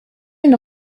une